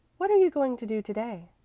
what are you going to do to-day?